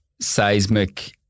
seismic